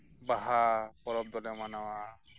ᱵᱟᱦᱟ ᱯᱚᱨᱚᱵᱽ ᱫᱚᱞᱮ ᱢᱟᱱᱟᱣᱟ